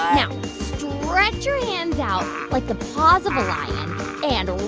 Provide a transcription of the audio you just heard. now stretch your hands out like the paws of like and